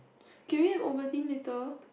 can we have Ovaltine later